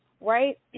right